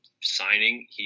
signing